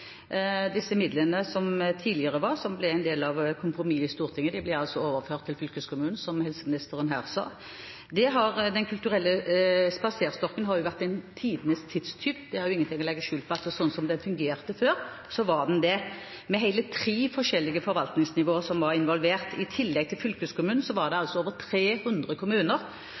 som ble en del av kompromisset i Stortinget, ble overført til fylkeskommunen, som helseministeren sa. Den kulturelle spaserstokken har jo vært tidenes tidstyv. Det er jo ikke til å legge skjul på at slik den fungerte før, var den det, med hele tre forskjellige forvaltningsnivåer som var involvert. I tillegg til fylkeskommunen var det